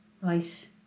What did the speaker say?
Right